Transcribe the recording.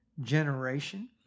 generation